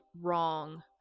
wrong